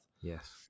yes